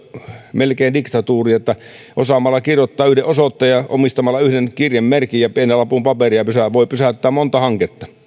melkein semmoinen vähemmistön diktatuuri että osaamalla kirjoittaa yhden osoitteen ja omistamalla yhden kirjemerkin ja pienen lapun paperia voi pysäyttää monta hanketta